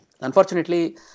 unfortunately